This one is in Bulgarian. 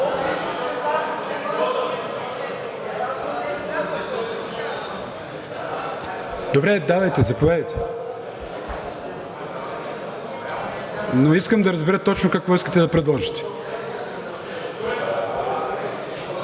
Добре, давайте, заповядайте, но искам да разбера точно какво искате да предложите.